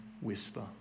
whisper